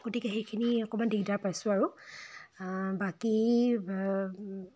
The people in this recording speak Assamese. গতিকে সেইখিনি অকণমান দিগদাৰ পাইছোঁ আৰু বাকী